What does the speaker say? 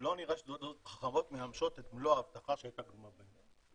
לא נראה שתעודות זהות חכמות מממשות את מלוא ההבטחה שהייתה גלומה בהן.